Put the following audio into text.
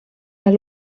las